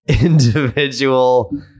individual